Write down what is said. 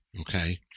okay